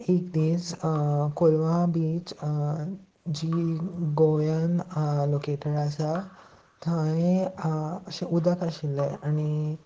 एक दीस कोलवा बीच जी गोंयान लोकेटेड आसा थंय अशें उदक आशिल्लें आनी